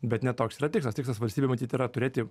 bet ne toks yra tikslas tikslas valstybei matyt yra turėti